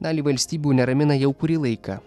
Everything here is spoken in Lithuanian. dalį valstybių neramina jau kurį laiką